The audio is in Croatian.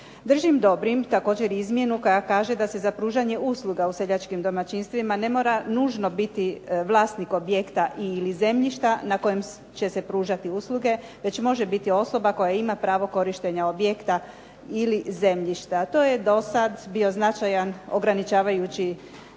Držim dobrim također izmjenu koja kaže da se za pružanje usluga u seljačkim domaćinstvima ne mora nužno biti vlasnik objekta ili zemljišta na kojem će se pružati usluge već može biti osoba koja ima pravo korištenja objekta ili zemljišta. To je dosad bio značajan ograničavajući